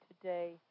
today